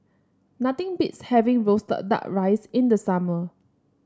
nothing beats having roasted duck rice in the summer